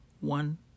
one